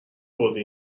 آوردی